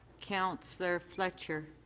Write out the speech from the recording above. councillor fletcher.